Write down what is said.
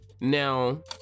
Now